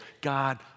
God